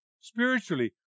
spiritually